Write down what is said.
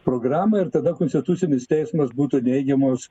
programą ir tada konstitucinis teismas būtų neigiamos